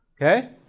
Okay